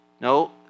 No